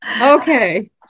Okay